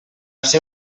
ser